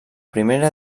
primera